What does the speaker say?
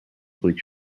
bleak